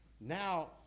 Now